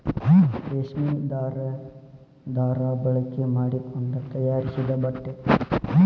ರೇಶ್ಮಿ ದಾರಾ ಬಳಕೆ ಮಾಡಕೊಂಡ ತಯಾರಿಸಿದ ಬಟ್ಟೆ